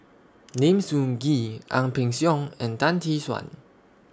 Lim Sun Gee Ang Peng Siong and Tan Tee Suan